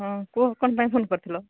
ହଁ କୁହ କ'ଣ ପାଇଁ ଫୋନ କରିଥିଲ